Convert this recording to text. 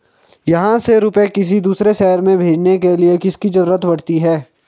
यहाँ से रुपये किसी दूसरे शहर में भेजने के लिए किसकी जरूरत पड़ती है?